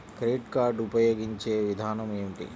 Credit card ఉపయోగించే విధానం ఏమి?